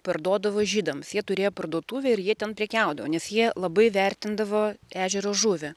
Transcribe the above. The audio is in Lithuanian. parduodavo žydams jie turėjo parduotuvę ir jie ten prekiaudavo nes jie labai vertindavo ežero žuvį